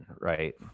right